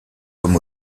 comme